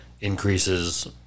Increases